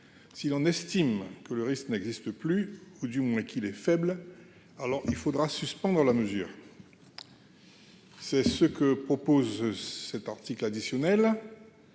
si l'on estime que le risque n'existe plus, ou du moins qu'il est faible, alors il faudra suspendre la mesure, c'est ce que propose cet article additionnel,